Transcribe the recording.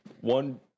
One